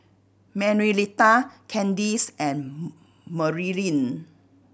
Manuelita Kandice and Marilyn